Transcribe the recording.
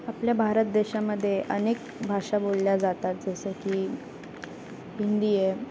आपल्या भारत देशामध्ये अनेक भाषा बोलल्या जातात जसं की हिंदी आहे